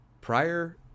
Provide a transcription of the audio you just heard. prior